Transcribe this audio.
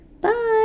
Bye